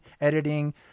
editing